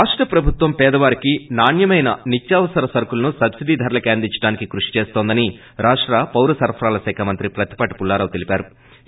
రాష్ట ప్రభుత్వం పేదవారికి నాణ్యమైన నిత్యావసర సరుకులను సబ్సిడీ ధరలకే అందించడానికి కృష్ చేస్తోందని రాష్ట పౌర సరఫరాల శాఖ మంత్రి పత్తిపాటి పుల్లారావు తెలిపారు